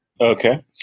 Okay